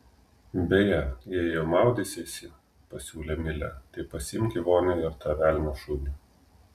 beje jei jau maudysiesi pasiūlė milė tai pasiimk į vonią ir tą velnio šunį